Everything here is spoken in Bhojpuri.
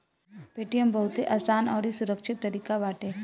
पेटीएम बहुते आसान अउरी सुरक्षित तरीका बाटे